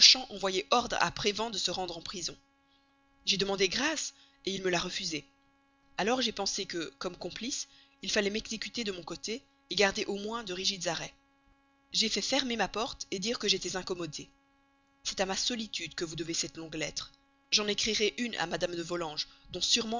envoyé ordre à prévan de se rendre en prison j'ai demandé grâce il me l'a refusée alors j'ai pensé que comme complice il fallait m'exécuter de mon côté garder au moins de rigides arrêts j'ai fait fermer ma porte dire que j'étais incommodée c'est à ma solitude que vous devez cette longue lettre j'en écrirai une à mme de volanges dont